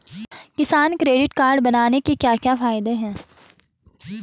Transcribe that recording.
किसान credit card बनाने के क्या क्या फायदे हैं?